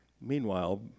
Meanwhile